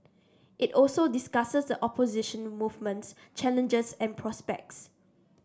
it also discusses opposition movement's challenges and prospects